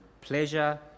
pleasure